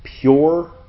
Pure